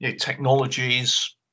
technologies